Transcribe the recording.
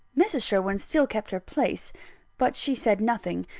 mrs. sherwin still kept her place but she said nothing,